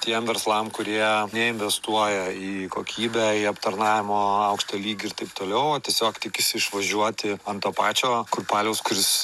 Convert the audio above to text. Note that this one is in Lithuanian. tiem verslam kurie neinvestuoja į kokybę į aptarnavimo aukštą lygį ir taip toliau o tiesiog tikisi išvažiuoti ant to pačio kurpaliaus kuris